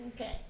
Okay